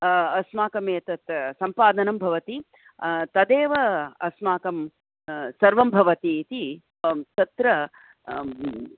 अस्माकमेतत् सम्पादनं भवति तदेव अस्माकं सर्वं भवति इति तत्र